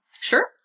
Sure